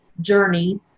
journey